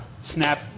snap